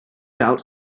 out